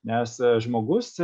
nes žmogus